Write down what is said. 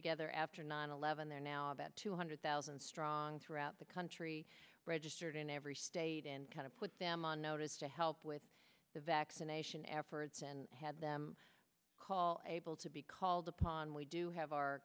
together after nine eleven there now about two hundred thousand strong throughout the country registered in every state and kind of put them on notice to help with the vaccination efforts and had them call able to be called upon we do have our